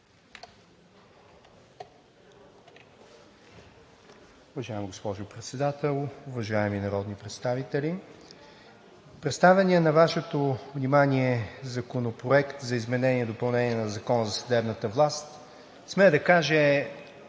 Уважаема госпожо Председател, уважаеми народни представители! Представеният на Вашето внимание Законопроект за изменение и допълнение на Закона за съдебната власт, смея да кажа,